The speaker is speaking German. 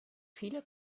viele